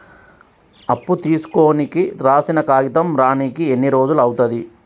అప్పు తీసుకోనికి రాసిన కాగితం రానీకి ఎన్ని రోజులు అవుతది?